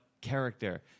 character